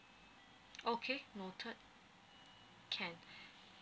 okay noted can